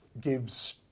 gives